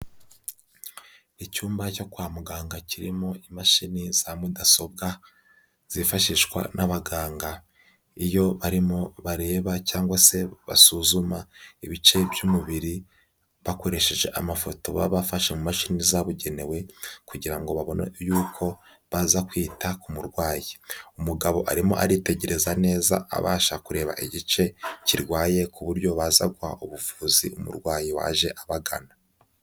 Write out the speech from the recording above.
Icyumba cyo kwa muganga kirimo imashini za mudasobwa, zifashishwa n'abaganga, iyo barimo bareba cyangwa se basuzuma ibice by'umubiri bakoresheje amafoto baba bafashe mu mashini zabugenewe kugira ngo babone yuko baza kwita ku murwayi. Umugabo arimo aritegereza neza, abasha kureba igice kirwaye ku buryo baza guha ubuvuzi umurwayi waje abagana.